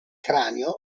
cranio